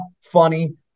funny